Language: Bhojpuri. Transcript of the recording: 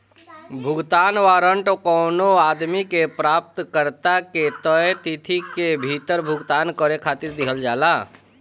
भुगतान वारंट कवनो आदमी के प्राप्तकर्ता के तय तिथि के भीतर भुगतान करे खातिर दिहल जाला